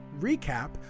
recap